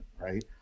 Right